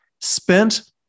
spent